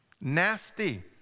nasty